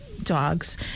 dogs